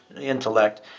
intellect